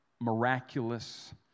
miraculous